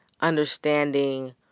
understanding